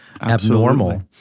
abnormal